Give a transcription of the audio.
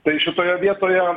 tai šitoje vietoje